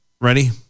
Ready